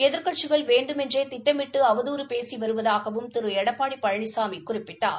எதிர்க்கட்சிகள் வேண்டுமென்றே திட்டமிட்டு அவதுறு பேசி வருவதாகவும் திரு எடப்பாடி பழனிசாமி குறிப்பிட்டார்